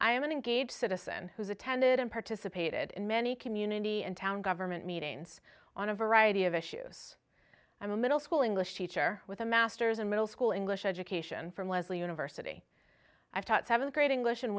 i am an engaged citizen who's attended and participated in many community and town government meetings on a variety of issues i'm a middle school english teacher with a masters in middle school english education from leslie university i've taught seventh grade english